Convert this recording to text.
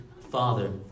father